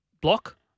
block